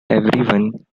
everyone